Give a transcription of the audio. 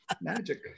magic